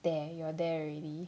there you're there already